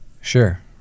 Sure